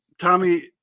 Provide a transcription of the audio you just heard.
Tommy